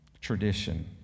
tradition